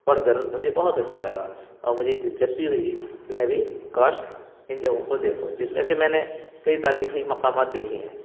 پڑھ کر مجھے بہت اچھا لگا اور مجھے دلچسپی ہوئی کہ میں بھی کاش ان جگہوں کو دیکھوں جس میں سے میں نے کئی تاریخی مقامات دیکھے ہیں